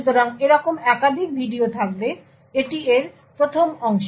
সুতরাং এরকম একাধিক ভিডিও থাকবে এটি এর 1ম অংশ